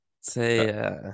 Say